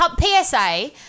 PSA